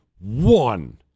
one